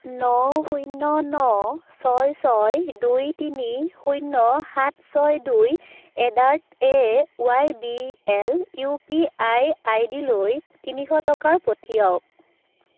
ন শূন্য ন ছয় ছয় দুই তিনি শূন্য সাত ছয় দুই এডাৰ্ট A Y B L U P I I D লৈ তিনিশ টকাৰ পঠিৱাওক